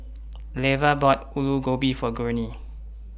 Leva bought Aloo Gobi For Gurney